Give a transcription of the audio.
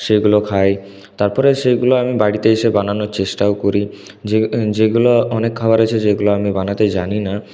সেইগুলো খাই তারপরে সেইগুলো আমি বাড়িতে এসে বানানোর চেষ্টাও করি যে যেগুলো অনেক খাওয়ার আছে যেগুলো আমি বানাতে জানি না